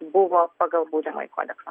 buvo pagal baudžiamąjį kodeksą